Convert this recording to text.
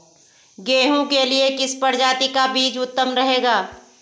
गेहूँ के लिए किस प्रजाति का बीज उत्तम रहेगा?